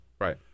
right